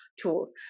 tools